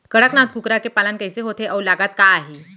कड़कनाथ कुकरा के पालन कइसे होथे अऊ लागत का आही?